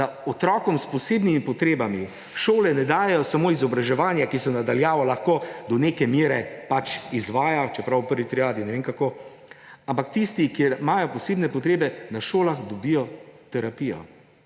da otrokom s posebnimi potrebami šole ne dajejo samo izobraževanja, ki se na daljavo lahko do neke mere pač izvaja, čeprav v prvi triadi ne vem kako, ampak tisti, ki imajo posebne potrebe, na šolah dobijo terapijo,